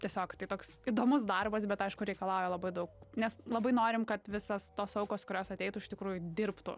tiesiog tai toks įdomus darbas bet aišku reikalauja labai daug nes labai norim kad visas tos aukos kurios ateitų iš tikrųjų dirbtų